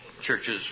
Churches